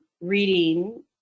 reading